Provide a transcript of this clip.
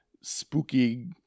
spooky